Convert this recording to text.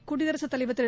குடியரசுத் தலைவர் திரு